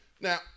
Now